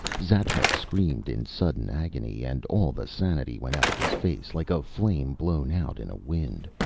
xatmec screamed in sudden agony, and all the sanity went out of his face like a flame blown out in a wind.